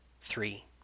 Three